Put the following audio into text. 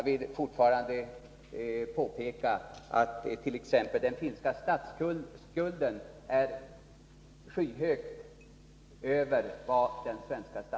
Finland har t.ex. fortfarande en statsskuld som ligger skyhögt över den svenska.